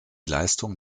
leistung